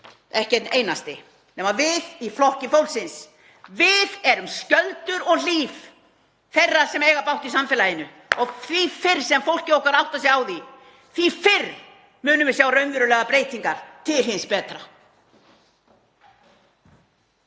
ekki einn einasti nema við í Flokki fólksins. Við erum skjöldur og hlíf þeirra sem eiga bágt í samfélaginu og því fyrr sem fólkið okkar áttar sig á því, því fyrr munum við sjá raunverulegar breytingar til hins betra.